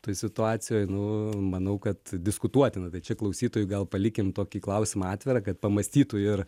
toj situacijoj nu manau kad diskutuotina tai čia klausytojui gal palikim tokį klausimą atvirą kad pamąstytų ir